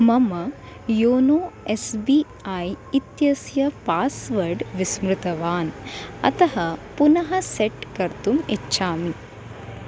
मम YONO S B I इत्यस्य password विस्मृतवान् अतः पुनः सेट् कर्तुम् इच्छामि